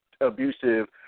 abusive